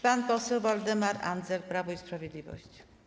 Pan poseł Waldemar Andzel, Prawo i Sprawiedliwość.